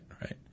Right